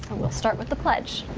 we'll start with the pledge.